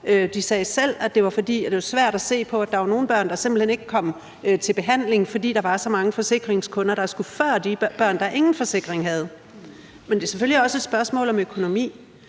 det var, fordi det var svært at se på, at der var nogle børn, der simpelt hen ikke kom til behandling, fordi der var så mange forsikringskunder, der skulle før de børn, der ingen forsikring havde. Men det er selvfølgelig også et spørgsmål om økonomi,